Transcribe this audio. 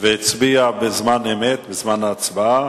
והצביע בזמן אמת, בזמן ההצבעה.